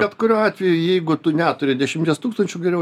bet kuriuo atveju jeigu tu neturi dešimties tūkstančių geriau